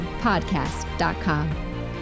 Podcast.com